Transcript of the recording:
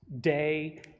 day